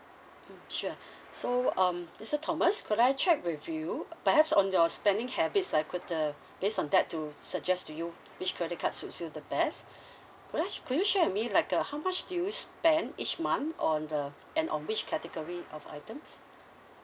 mm sure so um mister thomas could I check with you perhaps on your spending habits I could uh based on that to suggest to you which credit card suits you the best could I could you share with me like uh how much do you spend each month on uh and on which category of items